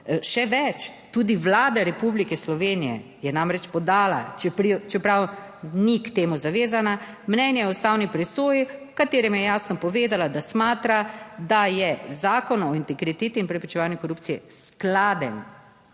Še več, tudi Vlada Republike Slovenije je namreč podala, čeprav ni k temu zavezana, mnenje o ustavni presoji v katerem je jasno povedala, da smatra, da je Zakon o integriteti in preprečevanju korupcije skladen